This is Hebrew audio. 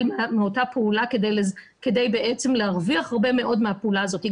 מאותה פעולה כדי בעצם להרוויח הרבה מאוד מהפעולה הזאת.